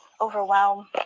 overwhelm